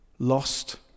Lost